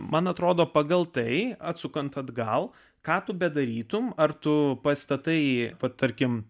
man atrodo pagal tai atsukant atgal ką tu bedarytumei ar tu pastatai patarkime